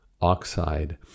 oxide